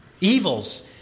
evils